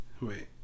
Wait